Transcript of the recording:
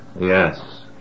Yes